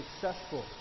successful